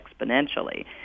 exponentially